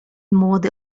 młody